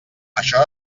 això